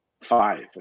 five